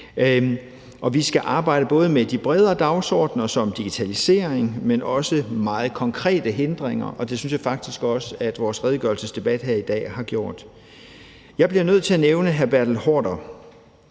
Vi skal arbejde både med de bredere dagsordener som digitalisering, men også med meget konkrete hindringer, og det synes jeg faktisk også at vores redegørelsesdebat her i dag har gjort. Jeg bliver nødt til at nævne hr. Bertel Haarder